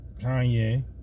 Kanye